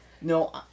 No